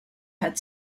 had